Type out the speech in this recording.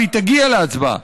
והיא תגיע להצבעה,